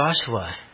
Joshua